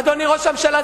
אדוני ראש הממשלה,